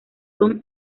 son